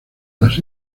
las